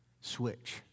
Switch